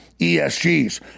ESGs